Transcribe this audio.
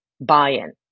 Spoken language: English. buy-in